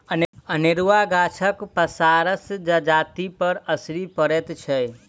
अनेरूआ गाछक पसारसँ जजातिपर असरि पड़ैत छै